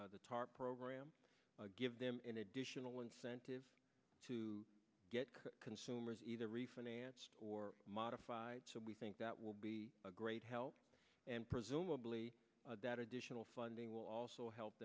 tarp program give them an additional incentive to get consumers either refinanced or modified so we think that will be a great help and presumably that additional funding will also help